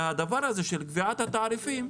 והדבר הזה של קביעת התעריפים,